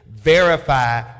verify